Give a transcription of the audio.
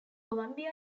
columbia